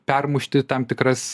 permušti tam tikras